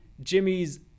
Jimmy's